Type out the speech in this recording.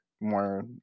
more